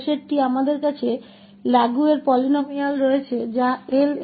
आखिरी में हमारे पास लैगुएरे पोलीनोमियल्स हैं जिन्हें Lnetn